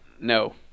no